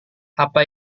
apa